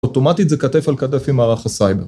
אוטומטית זה כתף אל כתף עם מערך הסייבר.